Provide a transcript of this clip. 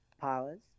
powers